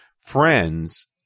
friends